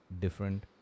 different